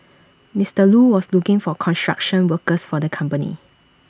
Mister Lu was looking for construction workers for the company